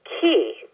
key